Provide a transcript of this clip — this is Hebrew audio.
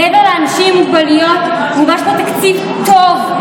מעבר לאנשים עם מוגבלויות גובש פה תקציב טוב,